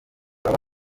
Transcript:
baba